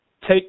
take